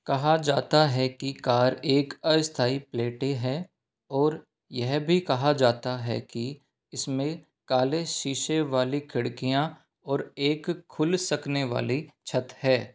कहा जाता है कि कार पर एक अस्थायी प्लेटें हैं और यह भी कहा जाता है कि इसमें काले शीशे वाली खिड़कियाँ और एक खुल सकने वाली छत है